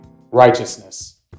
righteousness